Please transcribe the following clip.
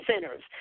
centers